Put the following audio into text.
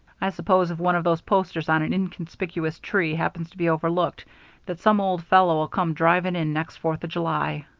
i suppose if one of those posters on an inconspicuous tree happens to be overlooked that some old fellow'll come driving in next fourth of july.